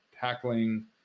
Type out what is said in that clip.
tackling